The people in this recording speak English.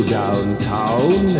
downtown